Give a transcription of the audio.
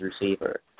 receiver